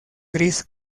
gris